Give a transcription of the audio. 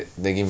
mm